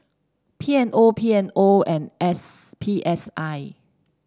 P M O P M O and S P S I